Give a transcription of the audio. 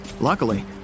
Luckily